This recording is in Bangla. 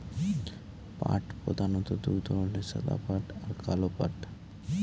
পাট প্রধানত দু ধরনের সাদা পাট আর কালো পাট